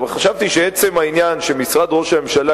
אבל חשבתי שעצם העניין שמשרד ראש הממשלה